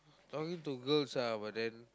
talking to girls ah but then